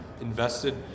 invested